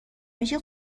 میشی